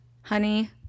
honey